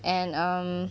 and um